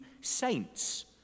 saints